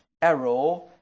arrow